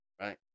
right